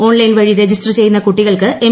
online വഴി register ചെയ്യുന്ന കൂട്ടികൾക്ക് എം